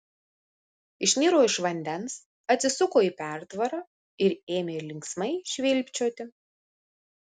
išniro iš vandens atsisuko į pertvarą ir ėmė linksmai švilpčioti